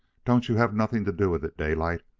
don't you have nothin' to do with it, daylight.